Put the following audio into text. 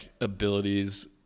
abilities